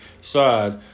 side